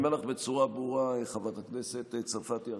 אני אומר לך בצורה ברורה, חברת הכנסת צרפתי הרכבי: